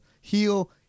heal